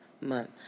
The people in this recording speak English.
month